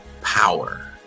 power